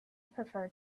prefer